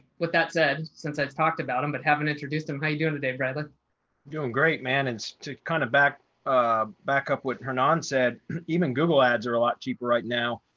with that said since i've talked about them but haven't introduced them how you doing today brother doing great man is to kind of back um back up with her nan said even google ads are a lot cheaper right now.